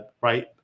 Right